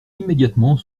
immédiatement